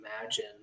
imagine